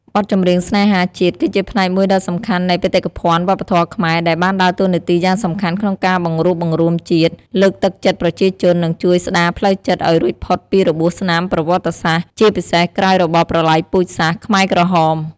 បទចម្រៀងស្នេហាជាតិ គឺជាផ្នែកមួយដ៏សំខាន់នៃបេតិកភណ្ឌវប្បធម៌ខ្មែរ ដែលបានដើរតួនាទីយ៉ាងសំខាន់ក្នុងការបង្រួបបង្រួមជាតិ លើកទឹកចិត្តប្រជាជន និងជួយស្ដារផ្លូវចិត្តឲ្យរួចផុតពីរបួសស្នាមប្រវត្តិសាស្ត្រ ជាពិសេសក្រោយរបបប្រល័យពូជសាសន៍ខ្មែរក្រហម។